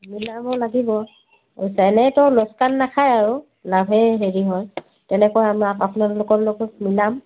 মিলাব লাগিব লোকচান নাখায় আৰু লাভেই হেৰি হয় তেনেকৈ আমাক আপোনালোকৰ লগত মিলাম